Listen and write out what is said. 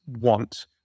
want